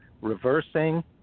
Reversing